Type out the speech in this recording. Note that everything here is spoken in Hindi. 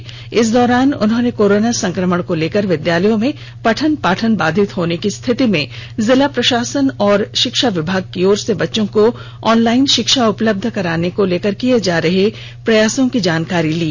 बैठक के दौरान उन्होंने कोरोना संक्रमण को ले विद्यालयों में पठन पाठन बाधित होने की स्थिति में जिला प्रशासन और शिक्षा विभाग की ओर से बच्चों को ऑनलाइन शिक्षा उपलब्ध कराने को ले किये जा रहे प्रयासों की जानकारी ली